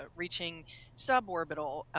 ah reaching sub orbital.